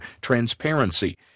transparency